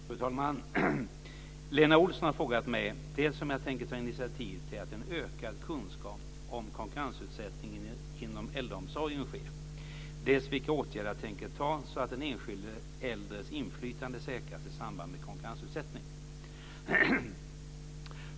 Fru talman! Lena Olsson har frågat mig dels om jag tänker ta initiativ till att vi får en ökad kunskap om konkurrensutsättningen inom äldreomsorgen, dels vilka åtgärder jag tänker ta initiativ till så att den enskilde äldres inflytande säkras i samband med konkurrensutsättning.